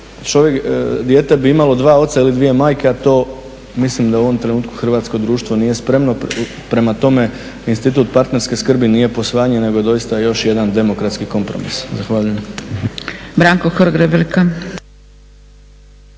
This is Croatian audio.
posvajanja dijete bi imalo dva oca ili dvije majke, a to mislim da u ovom trenutku hrvatsko društvo nije spremno. Prema tome, institut partnerske skrbi nije posvajanje, nego je doista još jedan demokratski kompromis. Zahvaljujem.